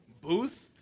Booth